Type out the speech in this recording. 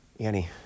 Annie